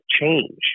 change